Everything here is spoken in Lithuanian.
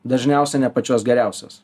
dažniausiai ne pačios geriausios